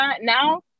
now